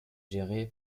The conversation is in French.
géré